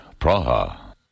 Praha